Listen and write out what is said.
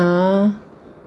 ah